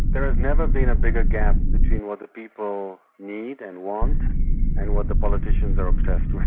there has never been a bigger gap between what the people need and want and what the politicians are obsessed with.